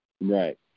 Right